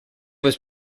was